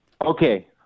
Okay